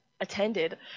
attended